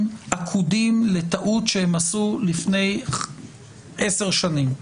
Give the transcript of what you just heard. עקודים לטעות שהם עשו לפני עשר שנים.